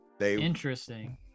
interesting